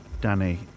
Danny